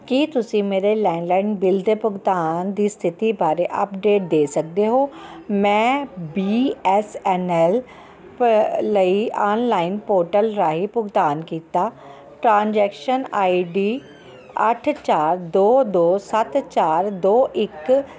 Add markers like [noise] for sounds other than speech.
ਕੀ ਤੁਸੀਂ ਮੇਰੇ landline bill ਦੇ ਭੁਗਤਾਨ ਦੀ ਸਥਿਤੀ ਬਾਰੇ ਅਪਡੇਟ ਦੇ ਸਕਦੇ ਹੋ ਮੈਂ ਬੀ ਐੱਸ ਐੱਨ ਐੱਲ [unintelligible] ਲਈ ਆਨਲਾਈਨ ਪੋਰਟਲ ਰਾਹੀਂ ਭੁਗਤਾਨ ਕੀਤਾ ਟ੍ਰਾਂਜੈਕਸ਼ਨ ਆਈ ਡੀ ਅੱਠ ਚਾਰ ਦੋ ਦੋ ਸੱਤ ਚਾਰ ਦੋ ਇੱਕ